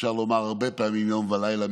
אפשר לומר הרבה פעמים יום ולילה,